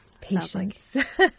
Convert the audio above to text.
Patience